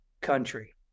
country